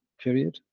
period